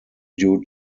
due